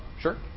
Sure